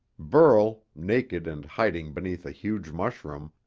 burl, naked and hiding beneath a huge mushroom,